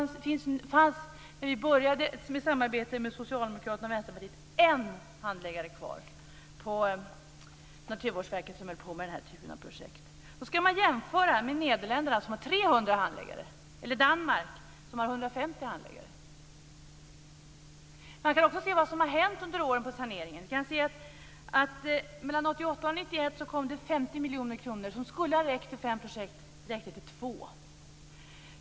När vi började samarbetet med Socialdemokraterna och Vänsterpartiet fanns det en handläggare kvar på Naturvårdsverket som höll på med den här typen av projekt. Det ska man jämföra med Nederländerna, som har 300 handläggare, eller Danmark, som har 150 handläggare. Man kan också se vad som har hänt under åren på saneringens område. Vi kan se att mellan 1988 och 1991 kom det 50 miljoner som skulle ha räckt till fem projekt. Det räckte till två.